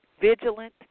vigilant